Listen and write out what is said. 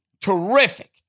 terrific